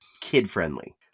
kid-friendly